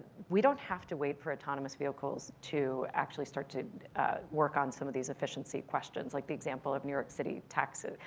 we don't have to wait for autonomous vehicles to actually start to work on some of these efficiency questions. like the example of new york city taxis,